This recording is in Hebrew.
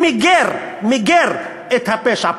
ומיגר, מיגר את הפשע.